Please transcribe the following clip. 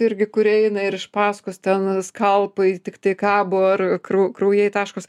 irgi kurie eina ir iš paskos ten skalpai tiktai kabo ar krau kraujai taškos